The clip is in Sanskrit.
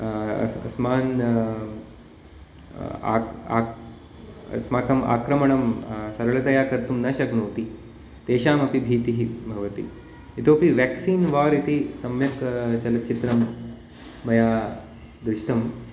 अस्मान् आक् आक् अस्माकं आक्रमणं सरलतया कर्तुं न शक्नोति तेषामपि भीतिः भवति इतोपि व्यक्सिन् वार् इति सम्यक् चलचित्रं मया दृष्टं